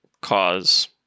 cause